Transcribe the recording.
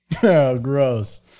gross